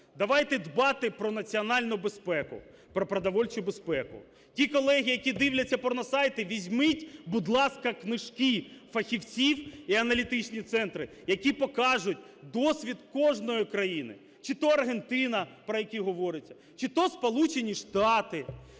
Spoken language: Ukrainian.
Давайте дбати про національну безпеку, про продовольчу безпеку. Ті колеги, як і дивляться порносайти, візьміть, будь ласка, книжки фахівців і аналітичних центрів, які покажуть досвід кожної країни, чи то Аргентина, про яку говориться, чи то Сполучені Штати,